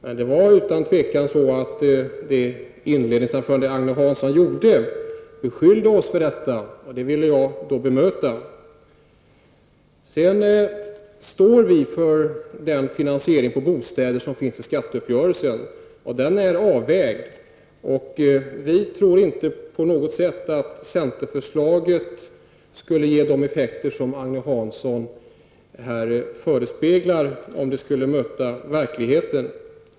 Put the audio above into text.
Men utan tvivel beskyllde Agne Hansson i sitt inledningsanförande folkpartiet för detta, och det ville jag bemöta. Folkpartiet står bakom den finansiering för bostäder som finns i skatteuppgörelsen, den är väl avvägd. Vi tror inte att centerförslaget skulle ge de effekter som Agne Hansson här förespeglar om de skulle möta verkligheten.